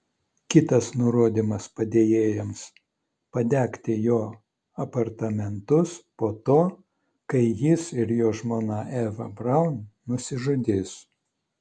kitas nurodymas padėjėjams padegti jo apartamentus po to kai jis ir jo žmona eva braun nusižudys